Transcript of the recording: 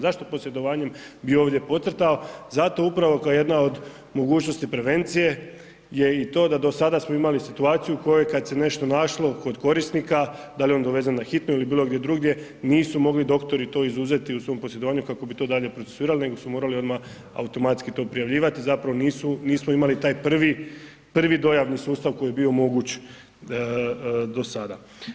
Zašto posjedovanjem bi ovdje podcrtao, zato upravo kao jedna od mogućosti prevencije je i to da do sada smo imali situaciju u kojoj kad se nešto našlo kod korisnika, da li je on dovezen na hitnu ili bilo gdje drugdje nisu mogli doktori to izuzeti u svom posjedovanju kako bi to dalje procesuirali nego su morali odmah automatski to prijavljivati, zapravo nismu, nismo imali taj prvi dojavni sustav koji je bio moguć do sada.